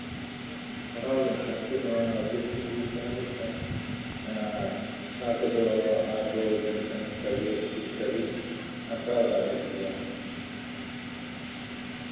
ᱥᱮ ᱱᱚᱣᱟ ᱯᱮᱱᱴᱤᱝ ᱨᱤᱧ ᱛᱟᱦᱮᱸᱞᱮᱱᱠᱷᱟᱱ ᱱᱚᱣᱟ ᱠᱚᱫᱚ ᱟᱨᱦᱚᱸ ᱡᱟᱹᱱᱤᱡ ᱠᱷᱟᱱ ᱱᱚᱝᱠᱟ ᱜᱮ ᱱᱩᱠᱩ ᱞᱮᱠᱟᱜᱮᱧ ᱟᱸᱠᱟᱣ ᱫᱟᱲᱮ ᱠᱮᱭᱟ